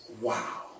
Wow